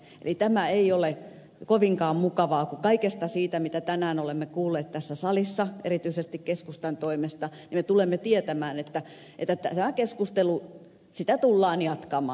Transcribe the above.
eli tämä ei ole kovinkaan mukavaa kun kaikesta siitä mitä tänään olemme kuulleet tässä salissa erityisesti keskustan toimesta tulemme tietämään että tätä keskustelua tullaan jatkamaan